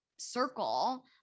Circle